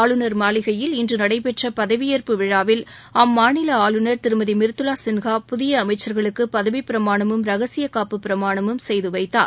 ஆளுநர் மாளிகையில் இன்று நடைபெற்ற பதவியேற்பு விழாவில் அம்மாநில ஆளுநர் மிர்துலா சின்ஹா புதிய அமைச்சர்களுக்கு பதவிப்பிரமாணமும் ரகசியக்காப்பு பிரமாணமும் செய்து வைத்தார்